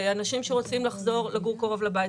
זה אנשים שרוצים לחזור לגור קרוב לבית,